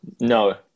No